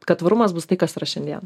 kad tvarumas bus tai kas yra šiandien